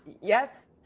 yes